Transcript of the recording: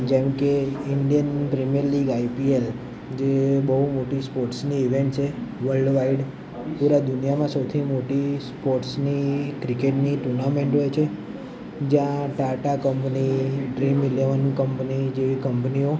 જેમકે Indian Premier League IPL જે બહુ મોટી સ્પોર્ટ્સની ઈવેન્ટ છે વલ્ડવાઈડ પૂરા દુનિયામાં સૌથી મોટી સ્પોર્ટ્સની ક્રિકેટની ટુર્નામેંટ હોય છે જ્યાં Tata company Dream Eleven company જેવી કંપનીઓ